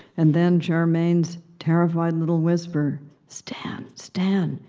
and then, charmaine's terrified little whisper stan! stan!